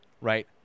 right